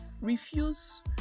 refuse